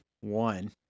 One